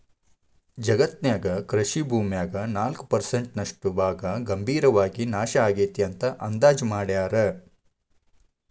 ಜಗತ್ತಿನ್ಯಾಗ ಕೃಷಿ ಭೂಮ್ಯಾಗ ನಾಲ್ಕ್ ಪರ್ಸೆಂಟ್ ನಷ್ಟ ಭಾಗ ಗಂಭೇರವಾಗಿ ನಾಶ ಆಗೇತಿ ಅಂತ ಅಂದಾಜ್ ಮಾಡ್ಯಾರ